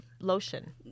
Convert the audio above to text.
lotion